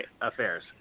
affairs